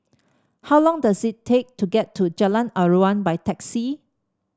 how long does it take to get to Jalan Aruan by taxi